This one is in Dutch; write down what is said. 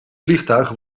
vliegtuig